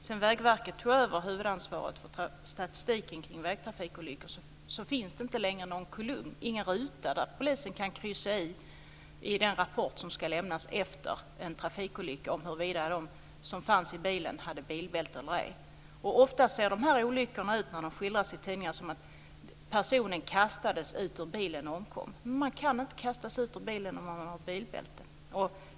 Sedan Vägverket tog över huvudansvaret för statistiken över vägtrafikolyckor finns det nämligen inte längre någon kolumn eller ruta i den rapport som ska lämnas efter en trafikolycka där polisen kan kryssa i huruvida de som fanns i bilen hade bilbälte eller ej. Oftast ser olyckorna, när de skildras i tidningarna, ut som att personen kastades ut ur bilen och omkom. Men man kan inte kastas ut ur bilen om man har bilbälte!